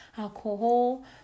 alcohol